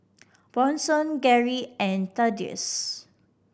Bronson Garry and Thaddeus